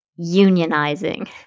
unionizing